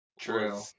true